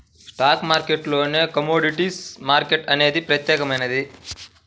stock మార్కెట్టులోనే commodities market అనేది ప్రత్యేకమైనది